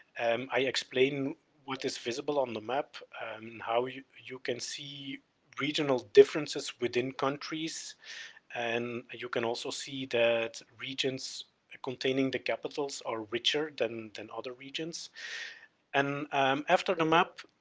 um i explain what is visible on the map and how you you can see regional differences within countries and you can also see that regions ah containing the capitals are richer than than other regions and after the map,